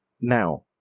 Now